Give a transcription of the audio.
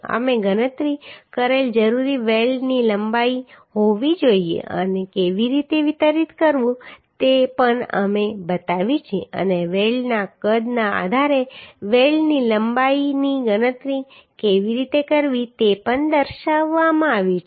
અમે ગણતરી કરેલ જરૂરી વેલ્ડની લંબાઈ હોવી જોઈએ અને કેવી રીતે વિતરિત કરવું તે પણ અમે બતાવ્યું છે અને વેલ્ડના કદના આધારે વેલ્ડની લંબાઈની ગણતરી કેવી રીતે કરવી તે પણ દર્શાવવામાં આવ્યું છે